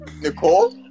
Nicole